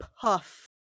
puff